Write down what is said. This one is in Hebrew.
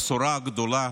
הבשורה הגדולה